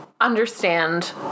understand